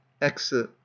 exit